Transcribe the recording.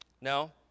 No